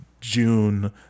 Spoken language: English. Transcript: June